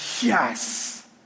yes